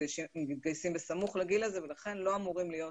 מתגייסים בסמוך לגיל הזה ולכן לא אמורים להיות